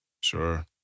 Sure